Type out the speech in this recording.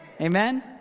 Amen